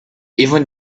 even